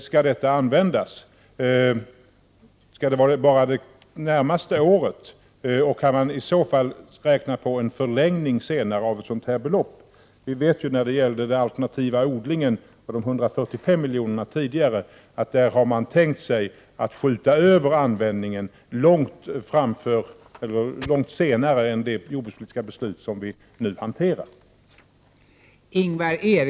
Skall det ske bara inom det närmaste året? Kan man i så fall räkna med en förlängning senare när det gäller detta belopp? Vi vet ju att regeringen i fråga om de 145 miljonerna för alternativ odling tänkte skjuta på användningen långt fram i tiden, till långt senare än i samband med det nuvarande jordbrukspolitiska beslutet.